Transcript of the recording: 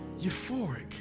euphoric